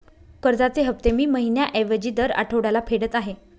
कर्जाचे हफ्ते मी महिन्या ऐवजी दर आठवड्याला फेडत आहे